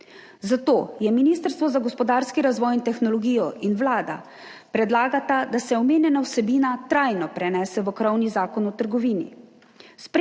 Zato Ministrstvo za gospodarski razvoj in tehnologijo in Vlada predlagata, da se omenjena vsebina trajno prenese v krovni Zakon o trgovini.